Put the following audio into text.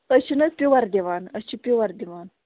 أسۍ چھِنہٕ حظ پیٛوٗوَر دِوان أسۍ چھِ پیٛوٗوَر دِوان